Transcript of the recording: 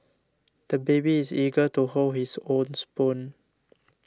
the baby is eager to hold his own spoon